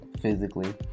physically